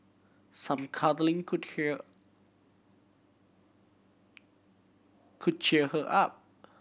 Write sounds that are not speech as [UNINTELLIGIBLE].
some cuddling could [UNINTELLIGIBLE] could cheer her up